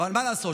אבל מה לעשות?